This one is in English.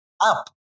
up